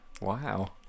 wow